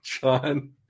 John